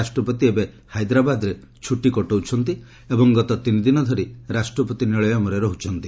ରାଷ୍ଟ୍ରପତି ଏବେ ହାଇଦରାବାଦରେ ଛୁଟି କଟାଉଛନ୍ତି ଏବଂ ଗତ ତିନିଦିନ ଧରି ରାଷ୍ଟ୍ରପତି ନୀଳୟମ୍ରେ ରହୁଛନ୍ତି